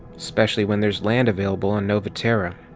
especially when there's land avaible on nova-terra?